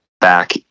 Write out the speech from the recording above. back